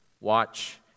Watch